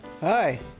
Hi